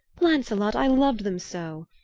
lancelot i loved them so!